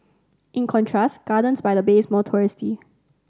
in contrast Gardens by the Bay is more touristy